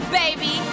baby